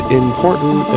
important